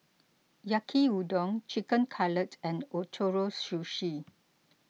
Yaki Udon Chicken Cutlet and Ootoro Sushi